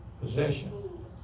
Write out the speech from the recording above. possession